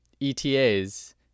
ETAs